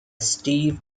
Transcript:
steve